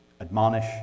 admonish